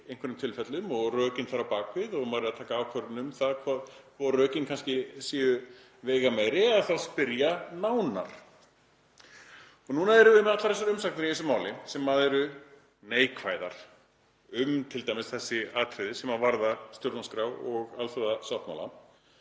einhverjum tilfellum og rökin þar á bak við og maður er að taka ákvörðun um það hvor rökin séu kannski veigameiri eða spyrja nánar. Núna erum við með allar þessar umsagnir í þessu máli sem eru neikvæðar um t.d. þessi atriði sem varða stjórnarskrá og alþjóðasáttmála.